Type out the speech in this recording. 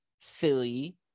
silly